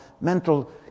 mental